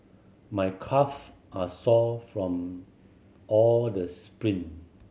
my calve are sore from all the sprint